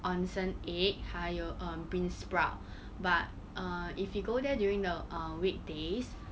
onsen egg 还有 um bean sprout but err if you go there during the err weekdays